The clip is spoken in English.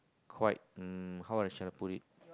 quite um how I shall put it